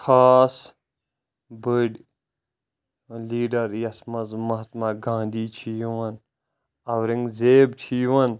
خاص بٕڈۍ لیٖڈَر یَتھ منٛز مَہاتما گانٛدھی چھُ یِوان اورنٛگزیب چھُ یِوان